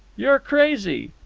you're crazy!